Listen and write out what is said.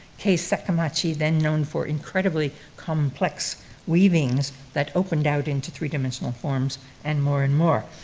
kay sekimaki, then known for incredibly complex weavings that opened out into three-dimensional forms and more and more.